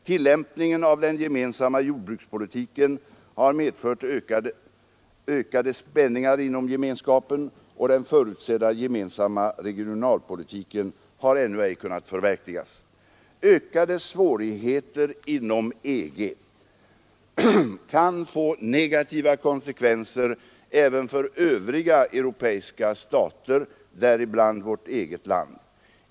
Tillämpningen av den gemensamma jordbrukspolitiken har medfört ökade spänningar inom gemenskapen, och den förutsedda gemensamma regionalpolitiken har ännu ej kunnat förverkligas. Ökade svårigheter inom EG kan få negativa konsekvenser även för övriga europeiska stater, däribland vårt eget land.